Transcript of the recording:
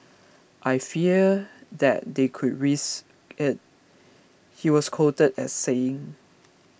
I fear that they could risk it he was quoted as saying